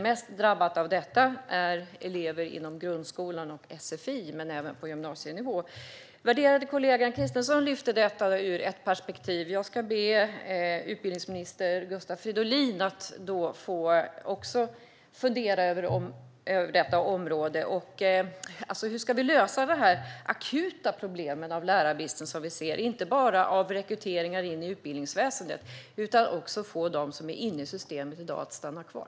Mest drabbade av detta är elever inom grundskolan och sfi, men även på gymnasienivå. Värderade kollegan Christensson lyfte detta ur ett perspektiv. Jag ska be utbildningsminister Gustav Fridolin att också fundera över detta område. Hur ska vi lösa de akuta problem med lärarbrist som vi ser, inte bara när det gäller rekryteringar in i utbildningsväsendet utan också när det gäller att få dem som är inne i systemet att stanna kvar?